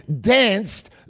danced